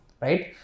right